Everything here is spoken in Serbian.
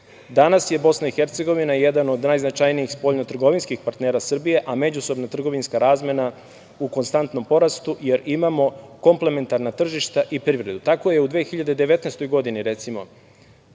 Danas je Bosna i Hercegovina jedan od najznačajnijih spoljnotrgovinskih partnera Srbije, a međusobna trgovinska razmena u konstantnom porastu, jer imamo komplementarna tržišta i privredu. Recimo, tako je u 2019. godini, Bosna